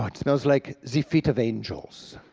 but smells like zee feet of angels.